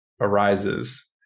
arises